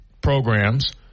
programs